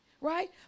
right